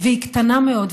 והיא קטנה מאוד,